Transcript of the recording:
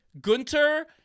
Gunter